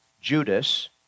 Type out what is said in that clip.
Judas